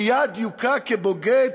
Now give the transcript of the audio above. מייד יוקע כבוגד,